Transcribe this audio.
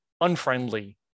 unfriendly